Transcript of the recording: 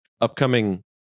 upcoming